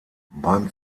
beim